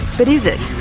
but is it?